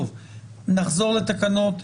נחזור לתקנות.